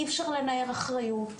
אי אפשר לנער אחריות.